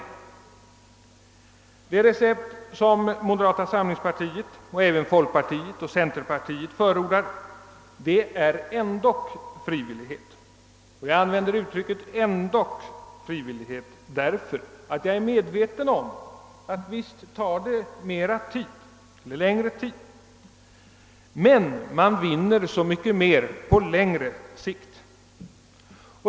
Men det tillvägagångssätt som moderata samlingspartiet, och även folkpartiet och centerpartiet, förordar är ändock frivillighet — jag använder uttrycket »ändock frivillighet», därför att jag är medveten om att det visserligen tar längre tid men att man vinner så mycket mer på längre sikt.